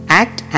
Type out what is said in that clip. act